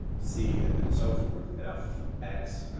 c, and and so forth, f, x,